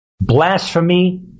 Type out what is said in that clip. Blasphemy